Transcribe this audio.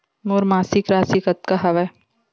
मोर मासिक राशि कतका हवय?